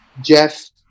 Jeff